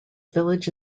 village